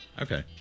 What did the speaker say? Okay